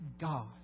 God